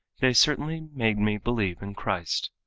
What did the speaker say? they certainly made me believe in christ.